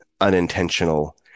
unintentional